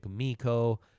Miko